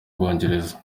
bwongereza